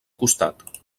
costat